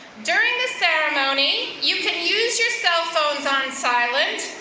during this ceremony, you can use your cell phones on silent,